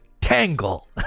tangle